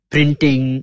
Printing